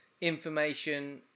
information